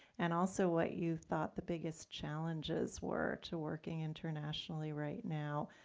and also, what you've thought the biggest challenges were to working internationally right now.